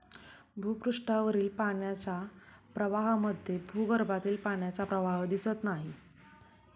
भूपृष्ठावरील पाण्याच्या प्रवाहाप्रमाणे भूगर्भातील पाण्याचा प्रवाह दिसत नाही